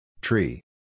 Tree